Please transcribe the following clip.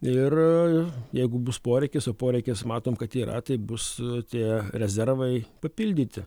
ir jeigu bus poreikis o poreikis matom kad yra tai bus tie rezervai papildyti